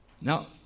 Now